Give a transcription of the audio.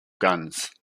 guns